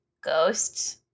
Ghosts